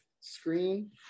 screen